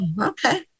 Okay